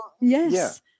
Yes